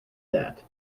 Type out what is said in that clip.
that